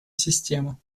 систему